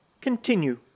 continue